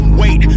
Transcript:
wait